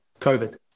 COVID